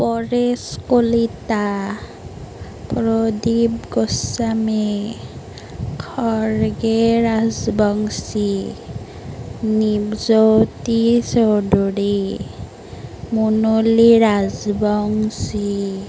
Paresh Kalita Pradip Goswami Kharge Rajbongshi Nipjyoti Choudhury Munli Rajbongshi